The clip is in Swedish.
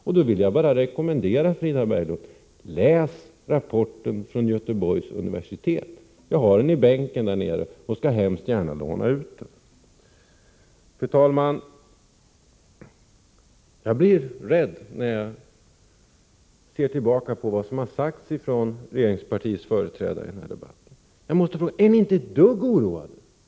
Därför vill jag rekommendera Frida Berglund: Läs rapporten från Göteborgs universitet! Jag har ett exemplar i min bänk, och jag lånar mycket gärna ut det. Fru talman! Jag blir rädd när jag tänker tillbaka på det som sagts av regeringspartiets företrädare i den här debatten. Jag måste fråga: Är ni inte ett dugg oroade?